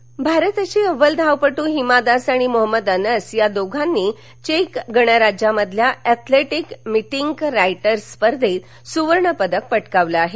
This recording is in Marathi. हिमा दास अनस भारताची अव्वल धावपट्ट हिमा दास आणि मोहम्मद अनस या दोघांनी चेक गणराज्यमधील अॅथलेटिक मिटिंक रायटर स्पर्धेत सूवर्ण पदक पटकावलं आहे